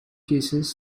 cases